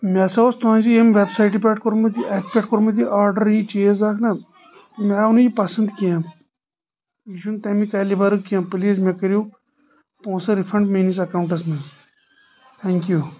مےٚ ہسا اوس تُہٕنٛزِ ییٚمہِ ویب سایٹ پٮ۪ٹھ کوٚرمُت یہِ اتھ پٮ۪ٹھ کوٚرمُت یہِ آڈر یہِ چیٖز اکھ نا مےٚ آو نہٕ یہِ پسنٛد کینٛہہ یہِ چھُنہٕ تمہِ کیلبرُک کینٛہہ پلیٖز مےٚ کٔرِو پونٛسہٕ رفنڈ میٲنس اکاونٹس منٛز تھین کیوٗ